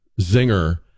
zinger